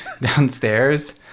downstairs